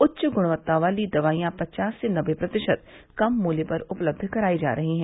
उच्च गुणवत्ता वाली दवाइयां पचास से नबे प्रतिशत कम मूल्य पर उपलब्ध कराई जा रही हैं